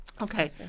Okay